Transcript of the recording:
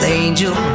angel